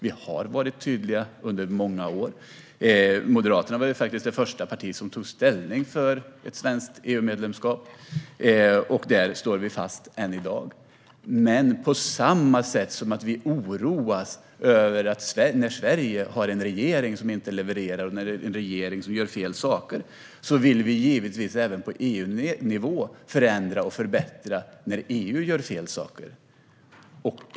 Vi har varit tydliga under många år. Moderaterna var faktiskt det första parti som tog ställning för ett svenskt EU-medlemskap, och där står vi fast än i dag. På samma sätt som vi oroas när Sverige har en regering som inte levererar - en regering som gör fel saker - vill vi givetvis även på EU-nivå förändra och förbättra när EU gör fel saker.